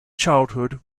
childhood